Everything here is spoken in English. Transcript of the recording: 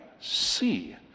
see